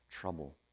trouble